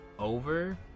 over